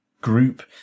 group